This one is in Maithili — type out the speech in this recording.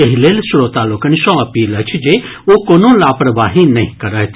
एहि लेल श्रोता लोकनि सँ अपील अछि जे ओ कोनो लापरवाही नहि करथि